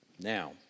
Now